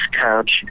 couch